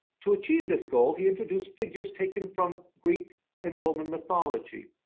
to achieve this goal he introduced figures taken from greek and roman mythology.